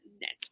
next